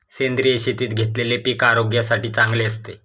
सेंद्रिय शेतीत घेतलेले पीक आरोग्यासाठी चांगले असते